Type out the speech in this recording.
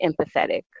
empathetic